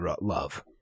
love